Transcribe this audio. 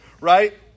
Right